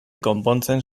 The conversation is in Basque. konpontzen